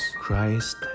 Christ